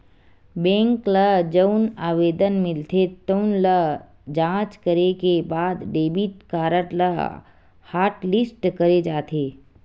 bank ल जउन आवेदन मिलथे तउन ल जॉच करे के बाद डेबिट कारड ल हॉटलिस्ट करे जाथे